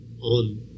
on